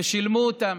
ושילמו אותם.